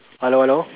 hello hello